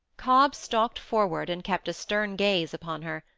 cobb stalked forward and kept a stern gaze upon her,